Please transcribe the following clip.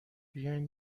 بیاین